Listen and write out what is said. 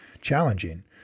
challenging